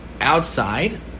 outside